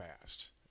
fast